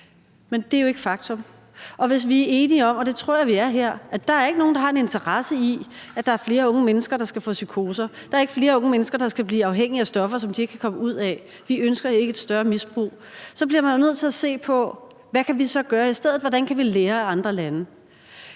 Men det er jo ikke et faktum. Og hvis vi er enige om, og det tror jeg vi er her, at der ikke er nogen, der har en interesse i, at der er flere unge mennesker, der skal få psykoser, at der er flere unge mennesker, der skal blive afhængige af stoffer, som de ikke kan komme ud af – vi ønsker ikke et større misbrug – så bliver man jo nødt til at se på, hvad vi så kan gøre i stedet, og hvordan vi kan lære af andre lande.